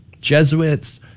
jesuits